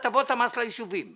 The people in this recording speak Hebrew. -- זה הטבות המס ליישובים.